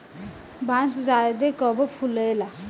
बांस शायदे कबो फुलाला